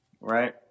right